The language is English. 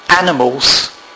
Animals